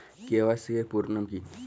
KYC এর পুরোনাম কী?